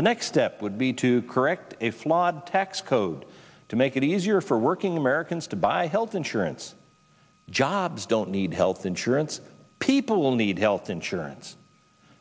the next step would be to correct a flawed tax code to make it easier for working americans to buy health insurance jobs don't need health insurance people will need health insurance